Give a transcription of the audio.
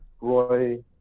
Roy